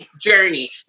journey